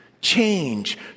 Change